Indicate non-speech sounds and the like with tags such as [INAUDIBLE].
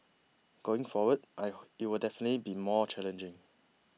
going forward [UNINTELLIGIBLE] it will definitely be more challenging